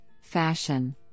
Fashion